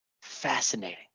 Fascinating